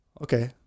okay